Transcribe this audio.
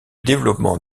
développement